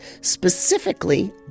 specifically